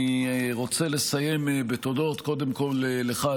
אני רוצה לסיים בתודות קודם כל לך,